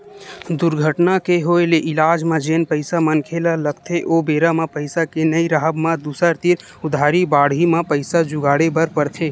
दुरघटना के होय ले इलाज म जेन पइसा मनखे ल लगथे ओ बेरा म पइसा के नइ राहब म दूसर तीर उधारी बाड़ही म पइसा जुगाड़े बर परथे